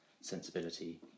sensibility